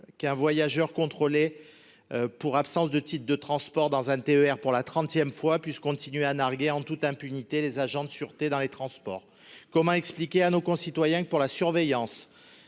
qu'un voyageur contrôlé pour absence de titre de transport dans un TER pour la 30ème fois puisse continuer à narguer en toute impunité, les agents de sûreté dans les transports, comment expliquer à nos concitoyens que pour la surveillance